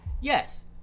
yes –